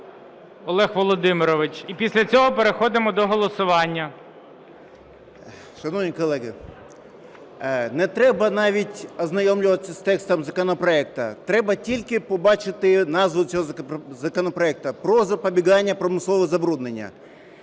Олег Володимирович. І після цього переходимо до голосування. 11:57:10 БОНДАРЕНКО О.В. Шановні колеги, не треба навіть ознайомлюватися з текстом законопроекту, треба тільки побачити назву цього законопроекту – про запобігання промислового забруднення.